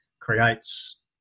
creates